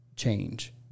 change